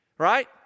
Right